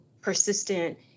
persistent